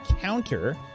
counter